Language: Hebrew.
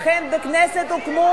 חבל,